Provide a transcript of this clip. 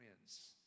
friends